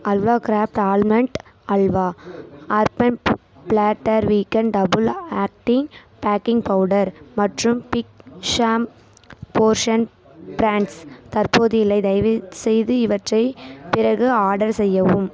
halwa craft almond halva Urban Platter vegan double acting baking powder மற்றும் Big Sam's frozen prawns தற்போது இல்லை தயவுசெய்து இவற்றை பிறகு ஆர்டர் செய்யவும்